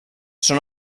són